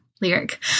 Lyric